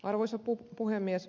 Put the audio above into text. arvoisa puhemies